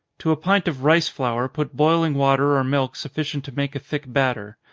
to a pint of rice flour put boiling water or milk sufficient to make a thick batter.